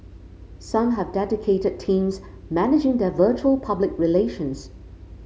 some have dedicated teams managing their virtual public relations